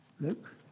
look